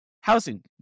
housing